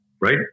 Right